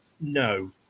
No